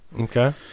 Okay